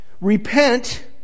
repent